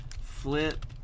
Flip